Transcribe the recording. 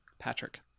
Patrick